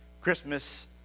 Christmas